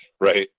right